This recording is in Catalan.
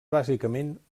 bàsicament